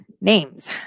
names